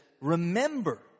Remember